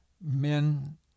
men